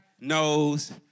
knows